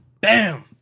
Bam